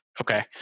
Okay